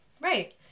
Right